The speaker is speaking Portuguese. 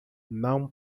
não